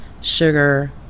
sugar